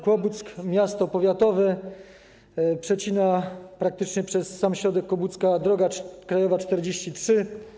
Kłobuck, miasto powiatowe, przecina praktycznie przez sam środek droga krajowa nr 43.